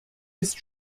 ist